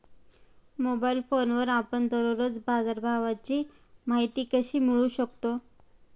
Mobile फोनवर आपण दररोज बाजारभावाची माहिती कशी मिळवू शकतो?